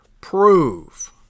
prove